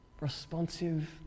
responsive